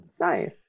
Nice